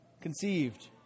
conceived